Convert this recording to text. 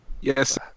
Yes